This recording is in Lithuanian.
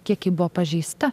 kiek ji buvo pažeista